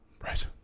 Right